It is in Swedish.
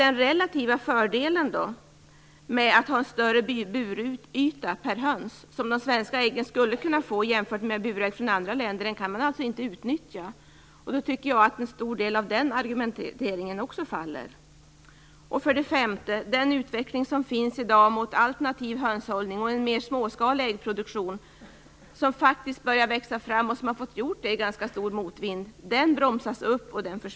Den relativa fördelen med att ha en större buryta per höns som de svenska äggen skulle kunna få jämfört med burägg från andra länder kan man alltså inte utnyttja. Då tycker jag att en stor del av den argumenteringen också faller. För det femte bromsas den utveckling som finns i dag mot en alternativ hönshållning och en mer småskalig äggproduktion upp och försvåras. Den har ju faktiskt börjat växa fram, och den har fått göra det i ganska stor motvind.